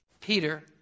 Peter